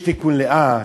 יש תיקון לאה,